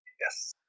Yes